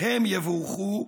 הם יבורכו,